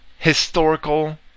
historical